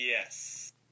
Yes